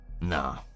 Nah